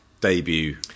debut